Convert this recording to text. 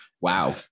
wow